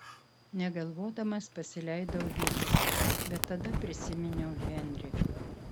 negalvodamas pasileidau vytis bet tada prisiminiau henrį